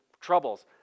troubles